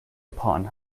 upon